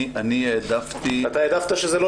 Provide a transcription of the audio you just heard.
אני העדפתי שזה לא